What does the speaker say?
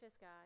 God